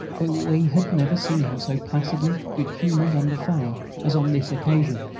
but we had never seen him so placidly good-humoured under fire as on this occasion.